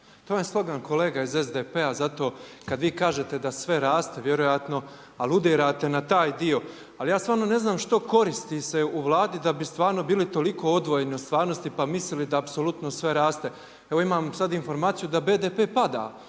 To je slogan kolega iz SDP-a, zato kad vi kažete da sve raste, vjerojatno aludirate na taj dio. Ali ja stvarno ne znam što koristi se u Vladi da bi stvarno bili toliko odvojeni od stvarnosti pa mislili da apsolutno sve raste. Evo imam sad informaciju da BDP pada,